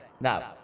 Now